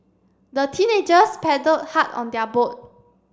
the teenagers paddled hard on their boat